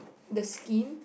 the scheme